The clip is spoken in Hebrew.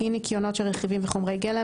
9.2. אי-ניקיונות (Impurities) של רכיבים וחומרי גלם,